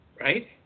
Right